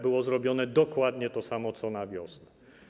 Było zrobione dokładnie to, co na wiosnę.